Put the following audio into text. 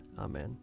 Amen